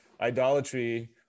idolatry